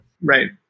Right